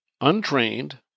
untrained